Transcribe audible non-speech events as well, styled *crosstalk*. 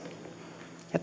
ja *unintelligible*